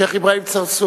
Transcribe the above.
שיח' אברהים צרצור.